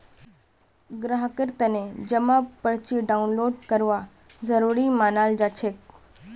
ग्राहकेर तने जमा पर्ची डाउनलोड करवा जरूरी मनाल जाछेक